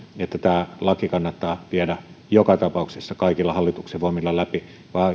että tämä laki kannattaa viedä joka tapauksessa kaikilla hallituksen voimilla läpi vai aiotaanko